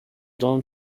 dawn